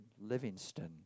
Livingston